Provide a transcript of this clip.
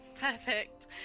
Perfect